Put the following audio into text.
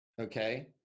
okay